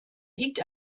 liegt